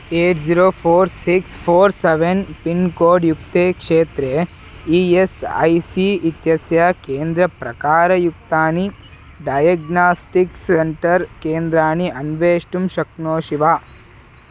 eight zero four six four seven pin code युक्ते क्षेत्रे E S I C इत्यस्य केन्द्रप्रकारयुक्तानि डायग्नास्टिक्स् सेण्टर् केन्द्राणि अन्वेष्टुं शक्नोषि वा